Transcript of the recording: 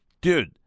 Dude